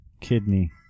Kidney